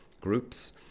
groups